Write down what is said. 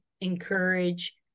encourage